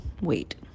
wait